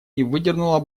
выдернула